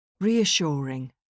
Reassuring